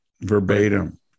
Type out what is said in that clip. verbatim